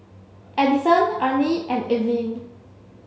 Edison Ernie and Evelyne